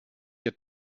your